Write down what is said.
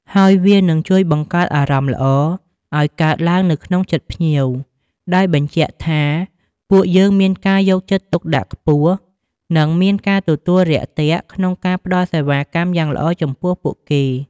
ហើយវានឹងជួយបង្កើតអារម្មណ៍ល្អឲ្យកើតឡើងនៅក្នុងចិត្តភ្ញៀវ ដោយបញ្ជាក់ថាពួកយើងមានការយកចិត្តទុកដាក់ខ្ពស់ និងមានការទទួលរាក់ទាក់ក្នុងការផ្តល់សេវាកម្មយ៉ាងល្អចំពោះពួកគេ។